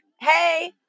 Hey